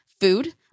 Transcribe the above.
food